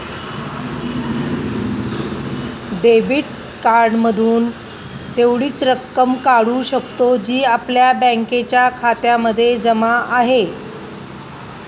debit card मधून तेवढीच रक्कम काढू शकतो, जी आपल्या बँकेच्या खात्यामध्ये जमा आहे